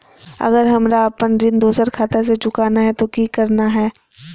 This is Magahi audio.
अगर हमरा अपन ऋण दोसर खाता से चुकाना है तो कि करना है?